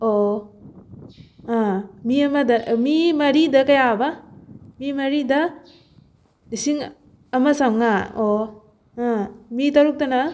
ꯑꯣ ꯑ ꯃꯤ ꯑꯃꯗ ꯃꯤ ꯃꯔꯤꯗ ꯀꯌꯥ ꯑꯕꯥ ꯃꯤ ꯃꯔꯤꯗ ꯂꯁꯤꯡ ꯑꯃ ꯆꯝꯃꯉꯥ ꯑꯣ ꯑ ꯃꯤ ꯇꯔꯨꯛꯇꯅ